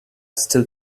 still